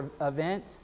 event